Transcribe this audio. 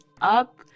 up